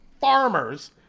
farmers